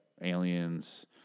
aliens